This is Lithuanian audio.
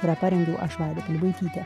kurią parengiau aš vaida pilibaitytė